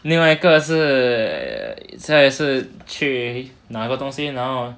另外一个是现在是去拿一个东西然后